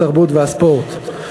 התרבות והספורט.